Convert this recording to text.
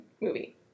movie